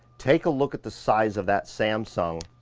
take a look at the size of that samsung.